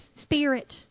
spirit